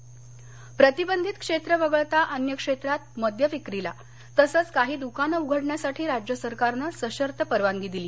मद्य विक्री बंदी प्रतिबंधित क्षेत्र वगळता अन्य क्षेत्रात मद्यविक्रीला तसंच काही द्कानं उघडण्यासाठी राज्य सरकारनं सशर्त परवानगी दिली